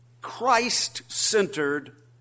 Christ-centered